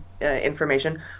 information